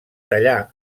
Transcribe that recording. tallar